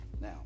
Now